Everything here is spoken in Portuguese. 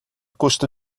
custo